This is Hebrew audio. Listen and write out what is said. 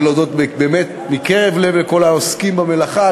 אני רוצה להודות באמת מקרב לב לכל העוסקים במלאכה,